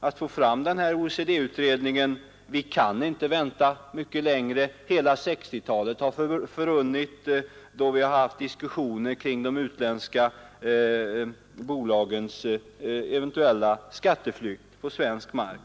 att få fram en OECD-utredning. Men vi kan inte vänta mycket längre. Hela 1960-talet har förrunnit, medan vi haft diskussioner kring de utländska bolagens eventuella skatteflykt på svensk mark.